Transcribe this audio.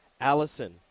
Allison